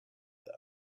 them